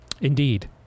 Indeed